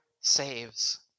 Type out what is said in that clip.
saves